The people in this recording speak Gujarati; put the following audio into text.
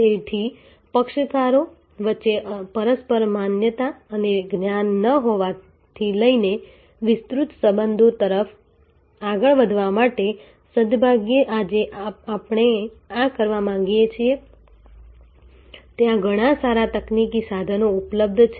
તેથી પક્ષકારો વચ્ચે પરસ્પર માન્યતા અને જ્ઞાન ન હોવાથી લઈને વિસ્તૃત સંબંધો તરફ આગળ વધવા માટે સદભાગ્યે આજે આપણે આ કરવા માંગીએ છીએ ત્યાં ઘણા સારા તકનીકી સાધનો ઉપલબ્ધ છે